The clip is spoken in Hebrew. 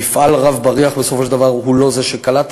3. מפעל "רב בריח" בסופו של דבר הוא לא זה שקלט,